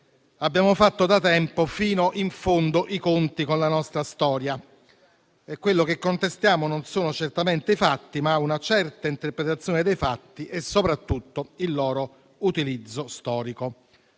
abbiamo fatto da tempo fino in fondo i conti con la nostra storia e quello che contestiamo non sono certamente i fatti, ma una certa interpretazione dei fatti e soprattutto il loro utilizzo storico.